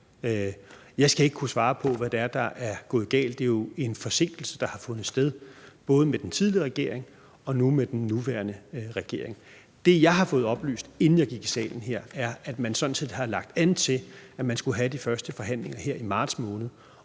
Jeg skal ikke kunne svare på, hvad det er, der er gået galt. Det er jo en forsinkelse, der har fundet sted, både under den tidligere regering og nu under den nuværende regering. Det, jeg har fået oplyst, inden jeg gik i salen her, er, at man sådan set har lagt an til, at man skulle have de første forhandlinger her i marts måned.